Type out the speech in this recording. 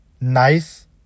nice